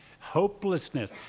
hopelessness